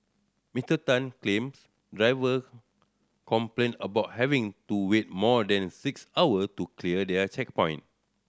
Mister Tan claimed driver complained about having to wait more than six hour to clear their checkpoint